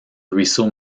ruisseau